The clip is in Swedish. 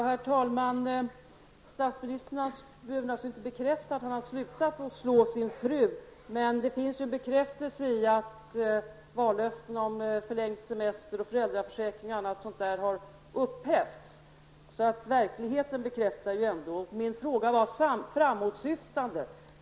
Herr talman! Statsministern behöver inte bekräfta att han har ''slutat att slå sin fru'', men det kan bekräftas att vallöften om förlängd semester och föräldraförsäkring m.m. har upphävts -- verkligheten bekräftar det. Min fråga var framåtsyftande.